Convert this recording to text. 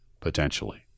potentially